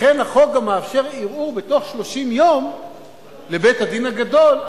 לכן החוק גם מאפשר ערעור תוך 30 יום לבית-הדין הגדול,